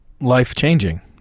life-changing